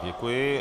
Děkuji.